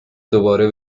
دوباره